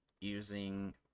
using